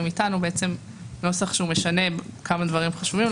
איתנו זה נוסח שמשנה כמה דברים חשובים,